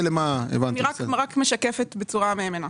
אני רק משקפת בצורה מהימנה.